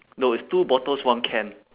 no it's two bottles one can